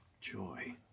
joy